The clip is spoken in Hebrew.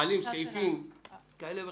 כשמעלים סעיפים כאלה ואחרים,